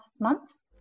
months